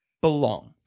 belong